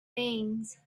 things